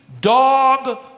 dog